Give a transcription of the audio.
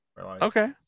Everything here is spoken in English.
Okay